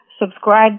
subscribe